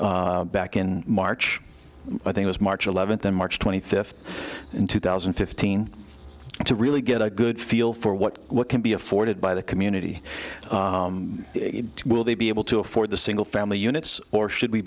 i back in march i think was march eleventh on march twenty fifth in two thousand and fifteen to really get a good feel for what can be afforded by the community will they be able to afford the single family units or should we